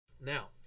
Now